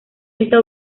está